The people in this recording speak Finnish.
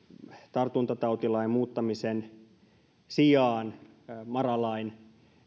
tartuntatautilain muuttamisen sijaan mara lain